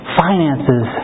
finances